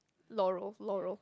Laurel Laurel